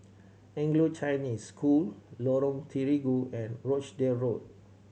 Anglo Chinese School Lorong Terigu and Rochdale Road